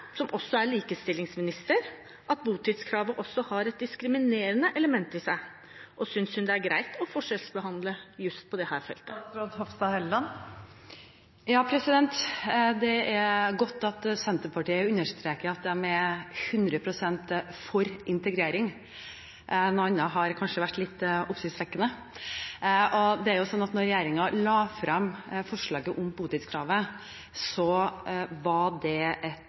som også er likestillingsminister, at botidskravet også har et diskriminerende element i seg, og synes hun det er greit å forskjellsbehandle på dette feltet? Det er godt at Senterpartiet understreker at de er 100 pst. for integrering. Noe annet hadde kanskje vært litt oppsiktsvekkende. Da regjeringen la frem forslaget om botidskravet, var det et helt konkret tiltak for at vi skulle bedre integreringen når